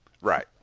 Right